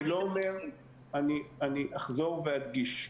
אני לא אומר, אני אחזור ואדגיש,